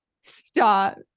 stop